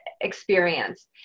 experience